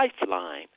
lifeline